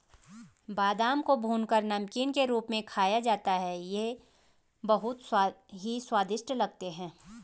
बादाम को भूनकर नमकीन के रूप में खाया जाता है ये बहुत ही स्वादिष्ट लगते हैं